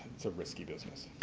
it's a risky business.